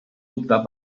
optar